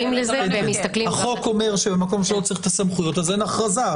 החוק אומר שמקום שלא צריך סמכויות, אין הכרזה.